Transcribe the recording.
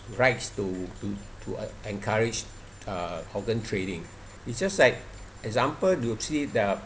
rights to to to uh encourage uh organ trading it's just like example do you see the